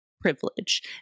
privilege